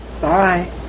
bye